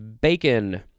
Bacon